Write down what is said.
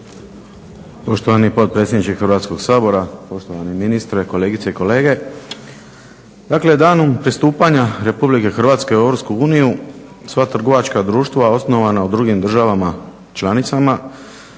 Poštovani potpredsjedniče Hrvatskog sabora, poštovani ministre, kolegice i kolege. Dakle, danom pristupanja RH u EU sva trgovačka društva osnovana u drugim državama članicama